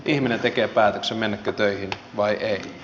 ihminen tekee päätöksen meneekö kysyntää ja tarjontaa